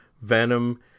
Venom